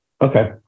okay